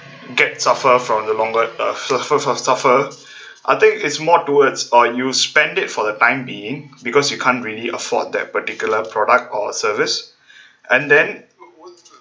get suffer from the longer uh first of suffer I think is more towards uh you spend it for the time being because you can't really afford that particular product or service and then